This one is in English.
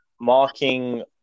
marking